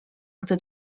gdy